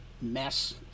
mess